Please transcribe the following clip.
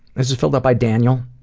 this is filled out by daniel,